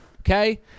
Okay